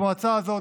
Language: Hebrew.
במועצה הזאת,